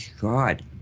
God